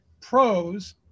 pros